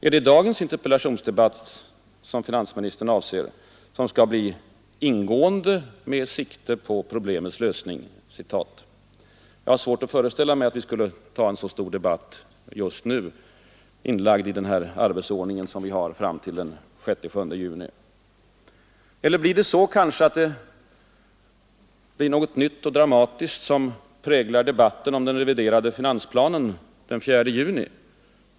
Är det dagens interpellationsdebatt finansministern avser, som skall bli ingående ”med sikte på problemets lösning”? Jag har svårt att föreställa mig att vi skulle ta en så stor debatt just nu, inlagd i den arbetsordning som vi har fram till den 6 juni. Eller blir det kanske något nytt och dramatiskt som skall prägla debatten om den reviderade finansplanen den 4 juni?